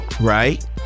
right